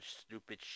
stupid